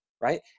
right